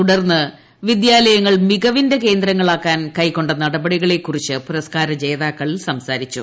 തുടർന്ന് വിദ്യാലയങ്ങൾ മികവിന്റെ കേന്ദ്രങ്ങളാക്കാൻ കൈക്കൊണ്ട നടപടികളെക്കുറിച്ച് പുരസ്കാര ജേതാക്കൾ സംസാരിച്ചു